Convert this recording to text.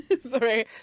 Sorry